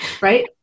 right